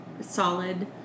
solid